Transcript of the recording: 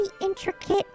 intricate